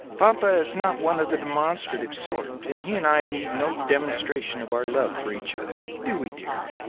papa is not one of the demonstrative sort, and he and i need no demonstration of our love for each other do we, dear?